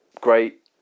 great